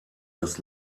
des